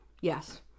Yes